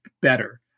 better